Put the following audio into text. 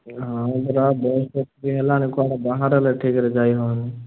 ହଁ ପରା ବହୁତ ଦିନ ହେଲାଣି କ'ଣ ବାହାରେ ଠିକ୍ରେ ଯାଇ ହେଉନି